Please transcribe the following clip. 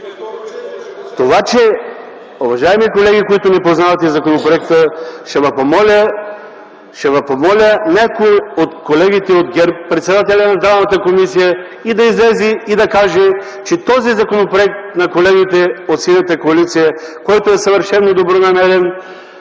от ГЕРБ.) Уважаеми колеги, които не познавате законопроекта, ще ви помоля – някой от колегите от ГЕРБ, председателят на Здравната комисия, да излезе и да каже, че този законопроект на колегите от Синята коалиция, който е съвършено добронамерен,